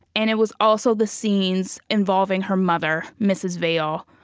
and it was also the scenes involving her mother, mrs. vale,